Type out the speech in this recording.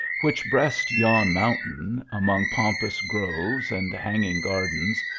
which breast yon mountain, among pomp ous groves and hanging gardens,